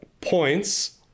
points